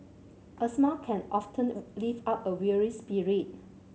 a smile can often lift up a weary spirit